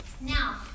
Now